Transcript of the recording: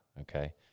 Okay